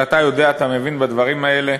ואתה יודע, אתה מבין בדברים האלה,